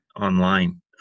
online